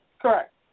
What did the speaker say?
Correct